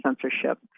censorship